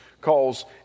calls